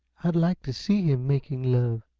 i'd like to see him making love!